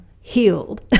healed